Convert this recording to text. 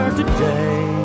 today